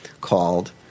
called